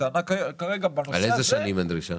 על איזה שנים הדרישה?